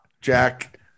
Jack